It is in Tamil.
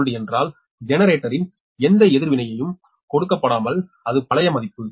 Xg1old என்றால் ஜெனரேட்டரின் எந்த எதிர்வினையும் கொடுக்கப்பட்டால் அது பழைய மதிப்பு